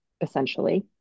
essentially